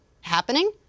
Happening